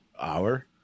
hour